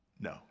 no